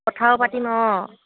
কথাও পাতিম অঁ